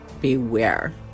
beware